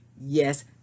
Yes